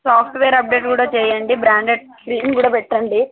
software update కూడా చెయ్యండి branded screen కూడా పెట్టండి